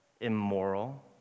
immoral